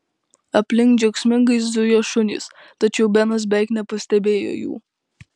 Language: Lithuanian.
aplink džiaugsmingai zujo šunys tačiau benas beveik nepastebėjo jų